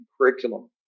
curriculum